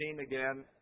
again